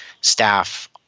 staff